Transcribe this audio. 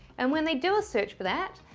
and when they do a search for that,